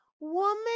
woman